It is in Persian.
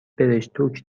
برشتوک